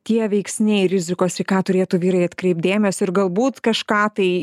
tie veiksniai rizikos ir į ką turėtų vyrai atkreipti dėmesį ir galbūt kažką tai